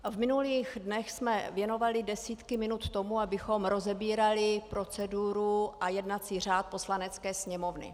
V minulých dnech jsme věnovali desítky minut tomu, abychom rozebírali proceduru a jednací řád Poslanecké sněmovny.